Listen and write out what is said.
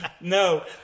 No